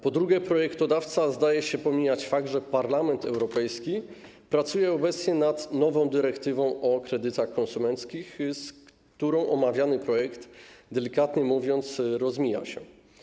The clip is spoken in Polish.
Po drugie, projektodawca zdaje się pomijać fakt, że Parlament Europejski pracuje obecnie nad nową dyrektywą o kredytach konsumenckich, z którą omawiany projekt, delikatnie mówiąc, rozmija się.